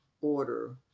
order